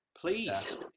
please